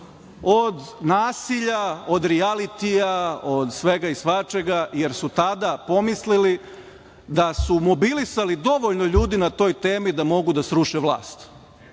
od nasilja, od rijalitija, od svega i svačega, jer su tada pomislili da su mobilisali dovoljno ljudi na toj temi da mogu da sruše vlast. Danas